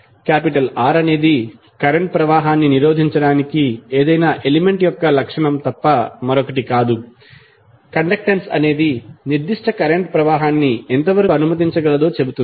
R అనేది current ప్రవాహాన్ని నిరోధించడానికి ఏదైనా ఎలిమెంట్ యొక్క లక్షణం తప్ప మరొకటి కాదు కండక్టెన్స్ అనేది నిర్దిష్ట కరెంట్ ప్రవాహాన్ని ఎంతవరకు అనుమతించగలదో చెబుతుంది